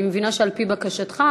אני מבינה שעל-פי בקשתך,